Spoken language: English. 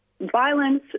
violence